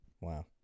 Wow